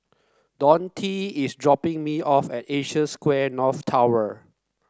Donte is dropping me off at Asia Square North Tower